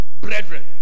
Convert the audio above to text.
brethren